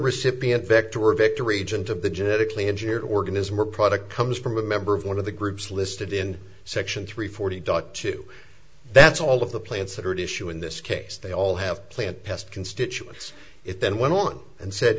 recipient vector or victor regent of the genetically engineered organism or product comes from a member of one of the groups listed in section three forty datu that's all of the plants that are at issue in this case they all have plant pest constituents if then went on and said